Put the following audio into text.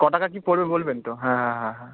ক টাকা কী পড়বে বলবেন তো হ্যাঁ হ্যাঁ হ্যাঁ হ্যাঁ